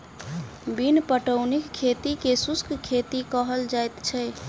बिन पटौनीक खेती के शुष्क खेती कहल जाइत छै